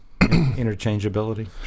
Interchangeability